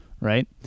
right